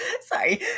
Sorry